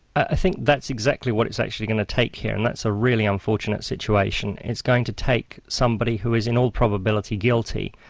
i think that's exactly what it's actually going to take here, and that's a really unfortunate situation. it's going to take somebody who is in all probability guilty,